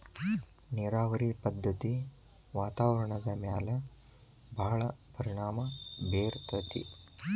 ನೇರಾವರಿ ಪದ್ದತಿ ವಾತಾವರಣದ ಮ್ಯಾಲ ಭಾಳ ಪರಿಣಾಮಾ ಬೇರತತಿ